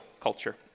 culture